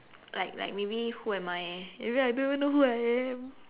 like like maybe who am I eh maybe I don't know who I am